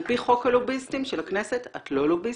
על פי חוק הלוביסטים של הכנסת את לא לוביסטית,